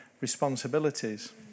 responsibilities